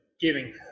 giving